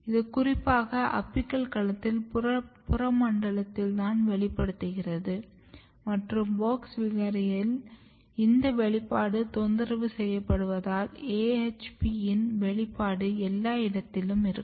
இது குறிப்பாக அபிக்கல் களத்தின் புறமண்டலத்தில் தான் வெளிப்படுகிறது மற்றும் WOX விகாரியில் இந்த வெளிப்பாடு தொந்தரவு செய்யப்படுவதால் AHP யின் வெளிப்பாடு எல்லா இடத்திலயும் இருக்கும்